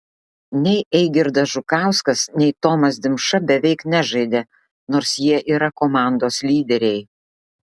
nei eigirdas žukauskas nei tomas dimša beveik nežaidė nors jie yra komandos lyderiai